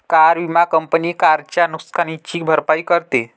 car विमा company कारच्या नुकसानीची भरपाई करते